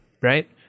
right